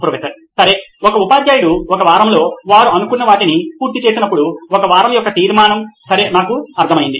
professor సరే ఒక ఉపాధ్యాయుడు ఒక వారంలో వారు అనుకున్న వాటిని పూర్తి చేయనప్పుడు ఒక వారం యొక్క తీర్మానం సరే నాకు అర్థం అయ్యింది